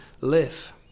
live